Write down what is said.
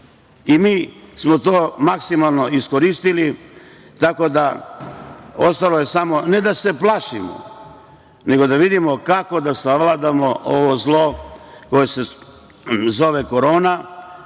Mi smo to maksimalno iskoristili, ostalo je samo, ne da se plašimo, nego da vidimo kako da sagledamo ovo zlo koje se zove korona,